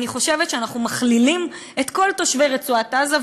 אני חושבת שאנחנו מכלילים את כל תושבי רצועת-עזה,